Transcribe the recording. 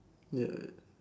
ya